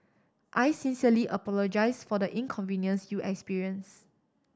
I sincerely apologise for the inconvenience you experience